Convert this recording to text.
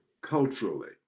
culturally